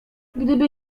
gdyby